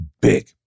big